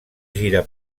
gira